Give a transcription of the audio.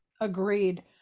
agreed